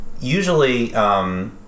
usually